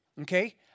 Okay